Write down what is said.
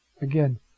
again